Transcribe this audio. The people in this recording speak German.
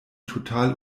total